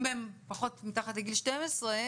אם הם פחות מגיל 12,